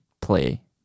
play